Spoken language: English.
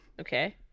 okay